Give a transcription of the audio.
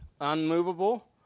unmovable